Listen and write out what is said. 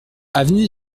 avenue